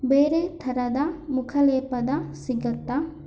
ಬೇರೆ ಥರದ ಮುಖ ಲೇಪದ ಸಿಗುತ್ತಾ